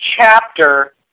chapter